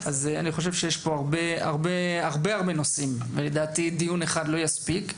אני חושב שיש פה הרבה נושאים ודיון אחד לא יספיק.